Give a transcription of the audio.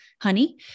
honey